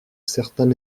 certains